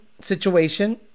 situation